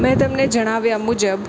મેં તમને જણાવ્યા મુજબ